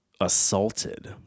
assaulted